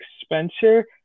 Spencer